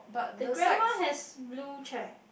the grandma has blue chair